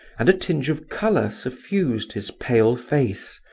and a tinge of colour suffused his pale face,